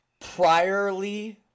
priorly